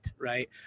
Right